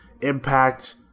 impact